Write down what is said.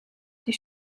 die